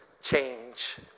change